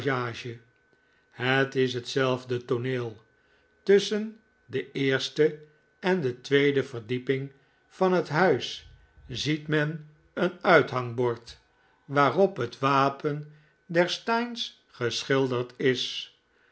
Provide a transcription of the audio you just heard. het is hetzelfde tooneel tusschen de eerste en de tweede verdieping van het huis ziet men een uithangbord waarop het wapen der steynes geschilderd is